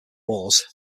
wars